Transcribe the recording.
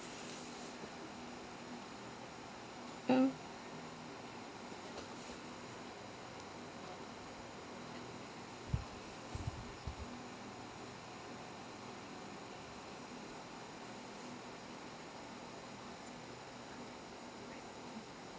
mm